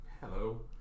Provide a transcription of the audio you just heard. Hello